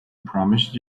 promised